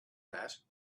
that